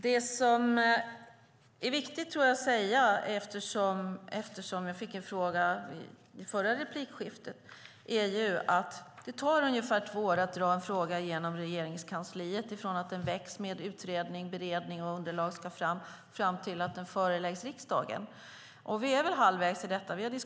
Det är viktigt att säga, eftersom jag fick en fråga i förra replikskiftet, att det tar ungefär två år att dra en fråga genom Regeringskansliet, från att den väcks, med utredning och underlag som ska fram, fram till att den föreläggs riksdagen. Vi är väl halvvägs i detta förfarande.